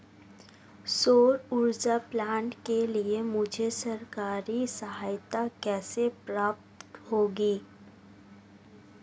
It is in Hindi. सौर ऊर्जा प्लांट के लिए मुझे सरकारी सहायता कैसे प्राप्त होगी?